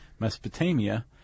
Mesopotamia